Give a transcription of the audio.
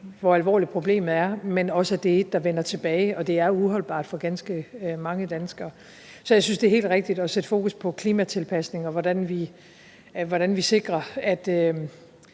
hvor alvorligt problemet er, dels at det er et, der vender tilbage, og at det er uholdbart for ganske mange danskere. Så jeg synes, det er helt rigtigt at sætte fokus på klimatilpasninger og på, hvordan vi sikrer, at